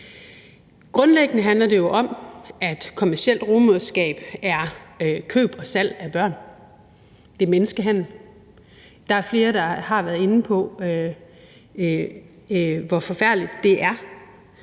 Grundlæggende handler det jo om, at kommercielt rugemoderskab er køb og salg af børn – det er menneskehandel. Der er flere, der har været inde på, hvor forfærdeligt det er.